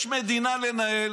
יש מדינה לנהל,